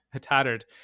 tattered